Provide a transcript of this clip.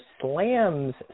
slams